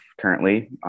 currently